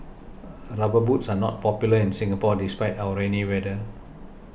boots are not popular in Singapore despite our rainy weather